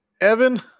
Evan